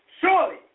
Surely